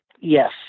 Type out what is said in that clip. Yes